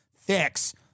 fix